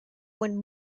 when